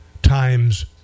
times